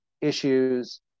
issues